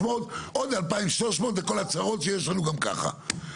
עוד 2,300 לכל הצרות שיש לנו גם ככה.